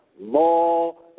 more